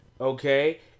okay